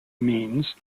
means